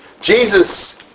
Jesus